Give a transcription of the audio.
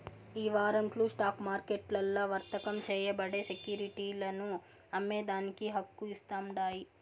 ఈ వారంట్లు స్టాక్ మార్కెట్లల్ల వర్తకం చేయబడే సెక్యురిటీలను అమ్మేదానికి హక్కు ఇస్తాండాయి